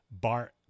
Bart